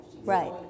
Right